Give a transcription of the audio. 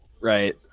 Right